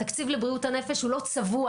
התקציב לבריאות הנפש הוא לא צבוע